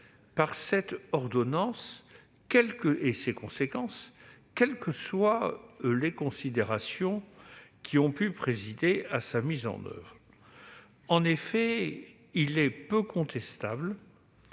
par cette ordonnance et ses conséquences, quelles que soient les considérations qui ont pu présider à sa mise en oeuvre. Je l'en remercie